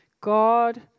God